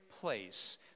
place